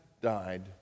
died